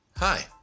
Hi